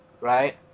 right